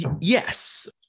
Yes